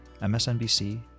MSNBC